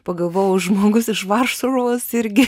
pagalvojau žmogus iš varšuvos irgi